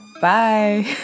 bye